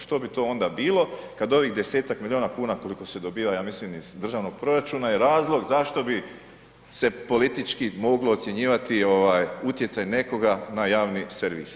Što bi to onda bilo kad ovih 10-tak miliona kuna koliko se dobiva ja mislim iz državnog proračuna je razlog zašto bi se politički moglo ocjenjivati ovaj utjecaj nekoga na javni servis.